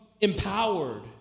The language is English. empowered